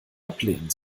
ablehnen